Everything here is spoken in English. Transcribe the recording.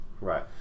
right